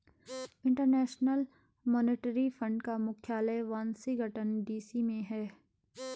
international monetary fund का मुख्यालय Washington DC में है